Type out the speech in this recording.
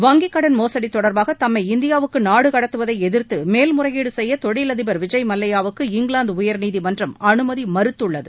வங்கிக்கடன் மோசடி தொடர்பாக தம்மை இந்தியாவுக்கு நாடு கடத்துவதை எதிர்த்து மேல் முறையீடு செய்ய தொழில் அதிபர் விஜய் மல்லையாவுக்கு இங்கிலாந்து உயர்நீதிமன்றம் அனுமதி மறுத்துள்ளது